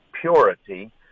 purity